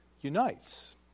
unites